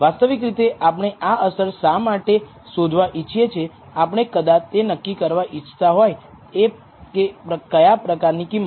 વાસ્તવિક રીતે આપણે આ અસર શા માટે શોધવા ઇચ્છીએ છીએ આપણે કદાચ તે નક્કી કરવા ઈચ્છા હોય એ કે ક્યા પ્રકારની કિંમત